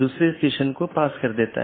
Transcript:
दूसरे अर्थ में यह ट्रैफिक AS पर एक लोड है